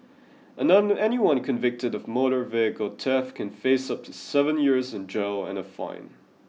anyone convicted of motor vehicle theft can face up to seven years in jail and a fine